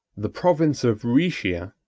the province of rhaetia,